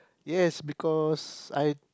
yes because I